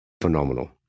phenomenal